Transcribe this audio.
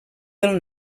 del